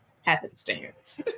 happenstance